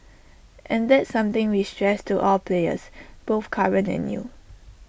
and that's something we stress to all players both current and new